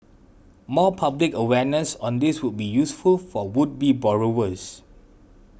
more public awareness on this would be useful for would be borrowers